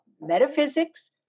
metaphysics